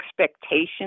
expectations